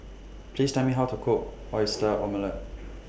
Please Tell Me How to Cook Oyster Omelette